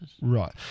Right